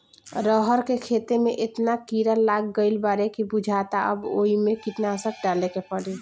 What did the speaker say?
रहर के खेते में एतना कीड़ा लाग गईल बाडे की बुझाता अब ओइमे कीटनाशक डाले के पड़ी